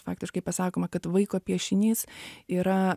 faktiškai pasakoma kad vaiko piešinys yra